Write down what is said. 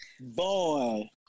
boy